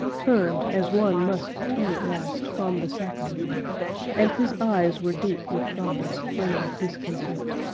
turned, as one must turn at last from the sacrament and his eyes were deep with god's burning discontent.